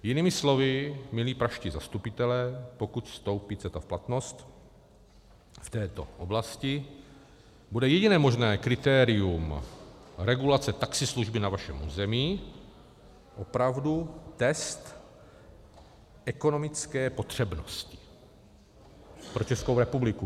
Jinými slovy, milí pražští zastupitelé, pokud vstoupí CETA v platnost v této oblasti, bude jediné možné kritérium regulace taxislužby na vašem území, opravdu, test ekonomické potřebnosti pro Českou republiku.